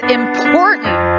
important